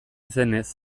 zenez